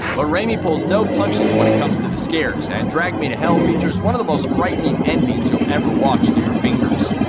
but raimi pulls no punches when it comes to the scares, and drag me to hell features one of the most frightening endings you'll ever watch through your fingers.